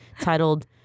titled